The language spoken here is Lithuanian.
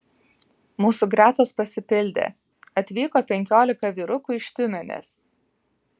mūsų gretos pasipildė atvyko penkiolika vyrukų iš tiumenės